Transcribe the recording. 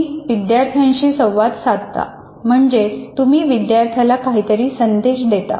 तुम्ही विद्यार्थ्यांशी संवाद साधता म्हणजेच तुम्ही विद्यार्थ्याला काहीतरी संदेश देता